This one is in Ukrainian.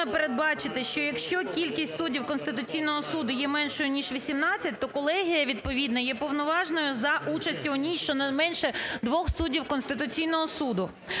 передбачити, що якщо кількість суддів Конституційного Суду є меншою, ніж 18, то колегія відповідна є повноважною за участі у ній, щонайменше, двох суддів Конституційного Суду.